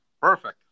Perfect